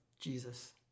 Jesus